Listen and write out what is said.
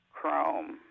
Chrome